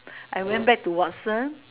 I went back to Watsons